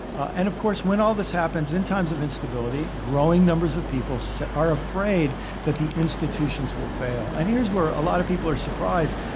ah and, of course, when all this happens in times of instability, growing numbers of people so are afraid that the institutions will fail and here's where a lot of people are surprised.